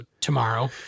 tomorrow